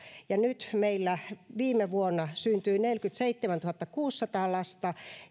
ja nyt meillä viime vuonna syntyi neljäkymmentäseitsemäntuhattakuusisataa lasta